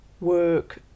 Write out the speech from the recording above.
work